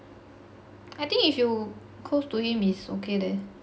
I think if you close to him it's okay leh